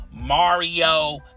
Mario